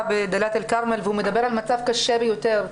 בדלית אל כרמל והוא מדבר על מצב קשה ביותר.